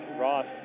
Ross